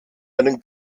einen